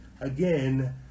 again